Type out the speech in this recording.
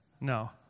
No